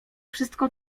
wszystko